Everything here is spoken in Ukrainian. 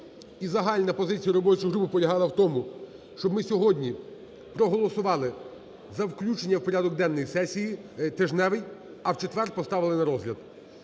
і загальна позиція робочої групи полягала в тому, щоб ми сьогодні проголосували за включення у порядок денний сесії, тижневий, а в четвер поставили на розгляд.